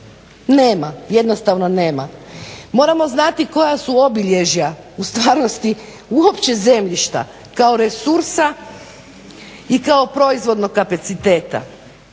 Nema, jednostavno nema. Moramo znati koja su obilježja u stvarnosti uopće zemljišta kao resursa i kao proizvodnog kapaciteta.